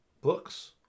books